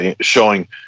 showing